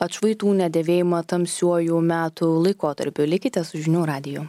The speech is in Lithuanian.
atšvaitų nedėvėjimą tamsiuoju metų laikotarpiu likite su žinių radiju